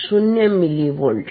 0 millivolt